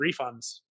refunds